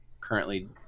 currently